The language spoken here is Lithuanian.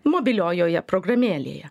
mobiliojoje programėlėje